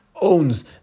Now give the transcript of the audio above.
owns